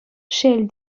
шел